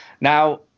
Now